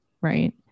Right